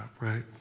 right